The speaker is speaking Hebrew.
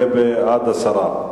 יהיה בעד הסרה.